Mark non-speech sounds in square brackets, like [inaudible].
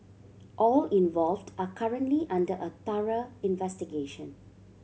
all involved are currently under a [unintelligible] investigation